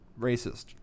racist